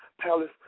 palace